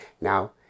Now